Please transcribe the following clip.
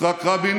יצחק רבין